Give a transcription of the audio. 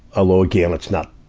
although, again it's not,